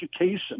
education